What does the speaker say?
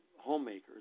homemakers